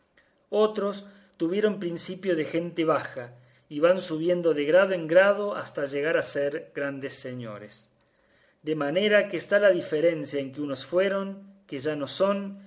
otros tuvieron principio de gente baja y van subiendo de grado en grado hasta llegar a ser grandes señores de manera que está la diferencia en que unos fueron que ya no son